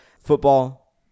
football